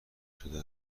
شده